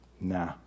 Nah